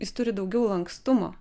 jis turi daugiau lankstumo